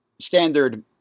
standard